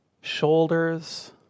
shoulders